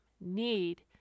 need